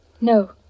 No